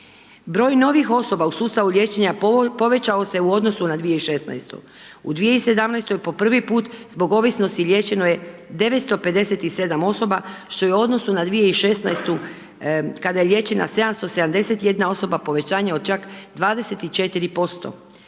Broj novih osoba u sustavu liječenja povećao se u odnosu na 2016. U 2017. po prvi put zbog ovisnosti liječeno je 957 osoba što je u odnosu na 2016. kada je liječena 771 osoba povećanje od čak 24%.